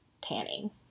tanning